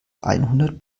einhundert